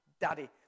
daddy